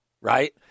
right